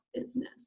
business